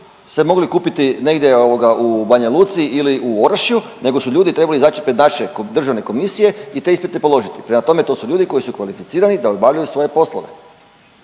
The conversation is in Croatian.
se mogli kupiti negdje u Banja Luci ili u Orašju, nego su ljudi trebali izaći pred naše državne komisije i te ispite položiti, prema tome to su ljudi koji su kvalificirani da obavljaju svoje poslove.